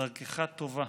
דרכך טובה.